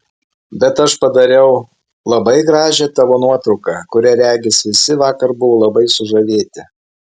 bet aš padariau labai gražią tavo nuotrauką kuria regis visi vakar buvo labai sužavėti